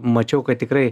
mačiau kad tikrai